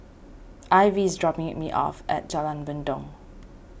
Ivie is dropping me off at Jalan Mendong